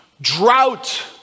Drought